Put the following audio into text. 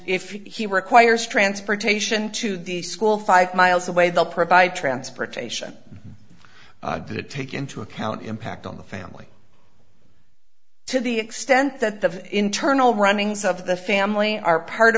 if he requires transportation to the school five miles away they'll provide transportation to take into account impact on the family to the extent that the internal runnings of the family are part